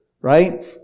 right